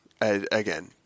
again